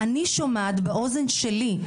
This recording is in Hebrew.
אני שומעת באוזן שלי,